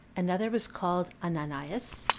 another was called ananias,